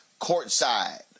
courtside